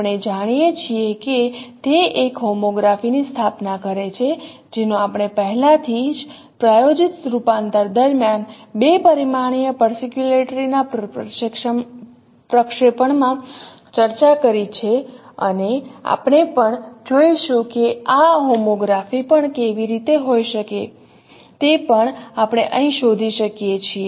આપણે જાણીએ છીએ કે તે એક હોમોગ્રાફી ની સ્થાપના કરે છે જેનો આપણે પહેલાથી જ પ્રાયોજીક રૂપાંતર દરમિયાન બે પરિમાણીય પર્સક્યુટરી ના પ્રક્ષેપણમાં ચર્ચા કરી છે અને આપણે પણ જોઈશું કે આ હોમોગ્રાફી પણ કેવી હોઈ શકે તે પણ આપણે અહીં શોધી શકીએ છીએ